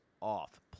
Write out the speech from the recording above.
off